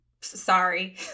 sorry